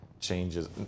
changes